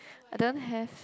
I don't have